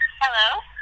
Hello